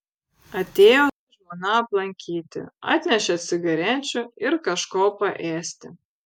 atėjo žmona aplankyti atnešė cigarečių ir kažko paėsti